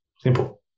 Simple